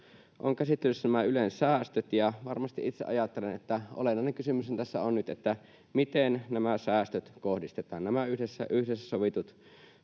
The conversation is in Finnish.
on käsittelyssä nämä Ylen säästöt, ja varmasti itse ajattelen, että olennainen kysymyshän tässä on nyt, että miten nämä säästöt kohdistetaan. Nämä yhdessä sovitut